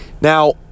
Now